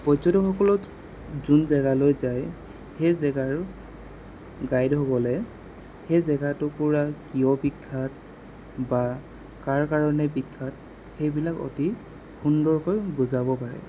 পৰ্যটকসকলক যোন জেগালৈ যায় সেই জেগাৰ গাইডসকলে সেই জেগা টুকুৰা কিয় বিখ্যাত বা কাৰ কাৰণে বিখ্যাত সেইবিলাক অতি সুন্দৰকৈ বুজাব পাৰে